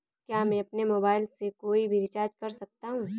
क्या मैं अपने मोबाइल से कोई भी रिचार्ज कर सकता हूँ?